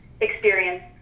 experience